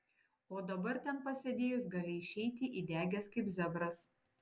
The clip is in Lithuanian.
o dabar ten pasėdėjus gali išeiti įdegęs kaip zebras